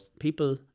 People